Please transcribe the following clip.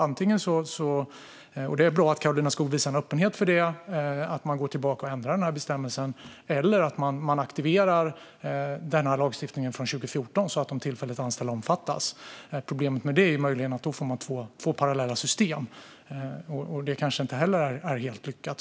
Antingen går man - och det är bra att Karolina Skog visar en öppenhet för det - tillbaka och ändrar bestämmelsen, eller så aktiverar man lagstiftningen från 2014 så att de tillfälligt anställda omfattas. Problemet med detta är möjligen att man då får två parallella system, och det kanske inte heller är helt lyckat.